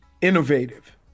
innovative